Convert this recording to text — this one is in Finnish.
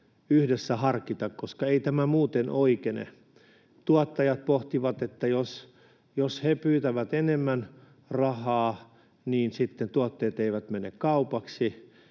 yhdessä harkita, koska ei tämä muuten oikene. Tuottajat pohtivat, että jos he pyytävät enemmän rahaa, niin sitten tuotteet eivät mene kaupaksi,